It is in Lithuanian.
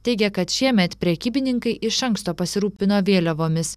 teigia kad šiemet prekybininkai iš anksto pasirūpino vėliavomis